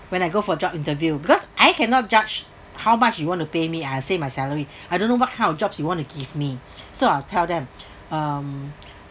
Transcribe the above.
when I go for job interview because I cannot judge how much you want to pay me I say my salary I don't know what kind of jobs you want to give me so I'll tell them um